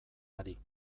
ari